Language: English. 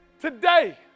Today